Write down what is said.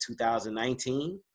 2019